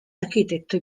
arquitecto